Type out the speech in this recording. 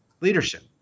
leadership